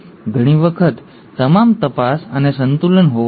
બાહ્ય લાક્ષણિકતાઓ છે ઉદાહરણ તરીકે જો તમે કોઈ ઘા બનાવેલો છે